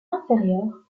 inférieur